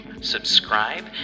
subscribe